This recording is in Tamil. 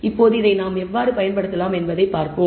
இப்போது இதை நாம் எவ்வாறு பயன்படுத்தலாம் என்பதைப் பார்ப்போம்